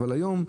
אבל היום,